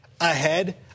ahead